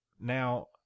Now